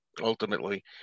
ultimately